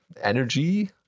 energy